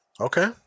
Okay